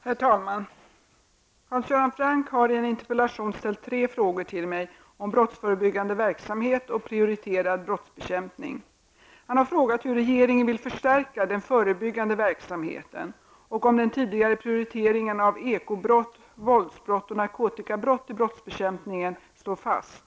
Herr talman! Hans Göran Franck har i en interpellation ställt tre frågor till mig om brottsförebyggande verksamhet och prioriterad brottsbekämpning. Han har frågat hur regeringen vill förstärka den förebyggande verksamheten och om den tidigare prioriteringen av ekobrott, våldsbrott och narkotikabrott i brottsbekämpningen står fast.